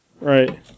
Right